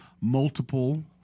multiple